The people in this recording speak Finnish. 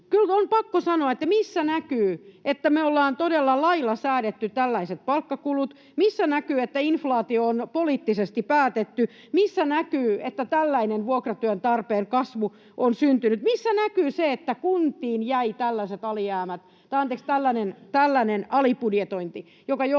on pakko sanoa: Missä näkyy, että me olemme todella lailla säätäneet tällaiset palkkakulut? Missä näkyy, että inflaatio on poliittisesti päätetty? Missä näkyy, että tällainen vuokratyön tarpeen kasvu on syntynyt? Missä näkyy se, että kuntiin jäi tällainen alibudjetointi, joka johti